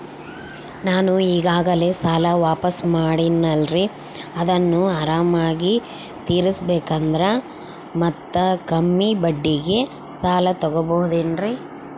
ನಾನು ಈಗಾಗಲೇ ಸಾಲ ವಾಪಾಸ್ಸು ಮಾಡಿನಲ್ರಿ ಅದನ್ನು ಆರಾಮಾಗಿ ತೇರಿಸಬೇಕಂದರೆ ಮತ್ತ ಕಮ್ಮಿ ಬಡ್ಡಿಗೆ ಸಾಲ ತಗೋಬಹುದೇನ್ರಿ?